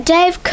Dave